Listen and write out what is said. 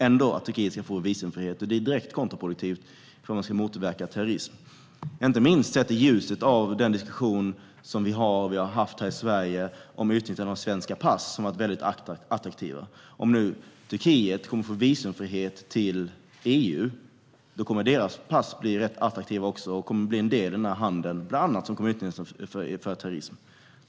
Visumfrihet för Turkiet är alltså direkt kontraproduktivt om man ska motverka terrorism, inte minst i ljuset av den diskussion som vi har haft om utnyttjandet av svenska pass, som har varit väldigt attraktiva. Om nu Turkiets medborgare får visumfrihet till EU kommer deras pass också att bli attraktiva. De kommer att bli en del av denna handel och kommer bland annat att utnyttjas för terrorism.